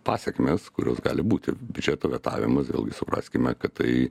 pasekmes kurios gali būti biudžeto vetavimas vėlgi supraskime kad tai